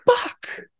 Fuck